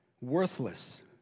worthless